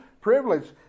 privilege